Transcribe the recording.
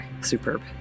superb